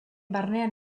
barnean